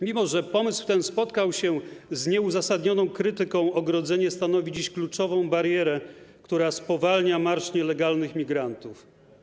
Mimo że pomysł ten spotkał się z nieuzasadnioną krytyką, ogrodzenie stanowi dziś kluczową barierę, która spowalnia marsz nielegalnych migrantów.